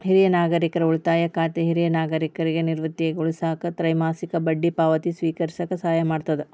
ಹಿರಿಯ ನಾಗರಿಕರ ಉಳಿತಾಯ ಖಾತೆ ಹಿರಿಯ ನಾಗರಿಕರಿಗಿ ನಿವೃತ್ತಿಗಾಗಿ ಉಳಿಸಾಕ ತ್ರೈಮಾಸಿಕ ಬಡ್ಡಿ ಪಾವತಿನ ಸ್ವೇಕರಿಸಕ ಸಹಾಯ ಮಾಡ್ತದ